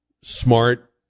smart